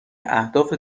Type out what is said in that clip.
اهداف